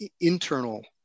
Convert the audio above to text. internal